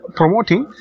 promoting